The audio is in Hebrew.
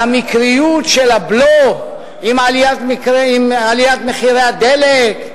על המקריות של הבלו עם עליית מחירי הדלק,